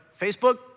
Facebook